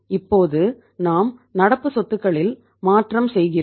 இப்போது நாம் நடப்பு சொத்துகளில் மாற்றம் செய்கிறோம்